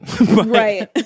Right